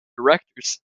directors